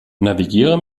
navigiere